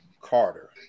Carter